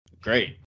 Great